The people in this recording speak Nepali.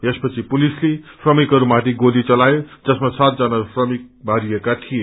यसपछि पुलिसले श्रमिकहरूमाथि गोली चलाए जसमा सातजना श्रमिक मारिएका थिए